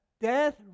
death